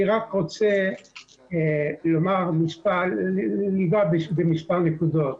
אני רק רוצה לנגוע במספר נקודות,